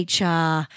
HR